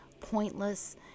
pointless